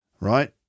Right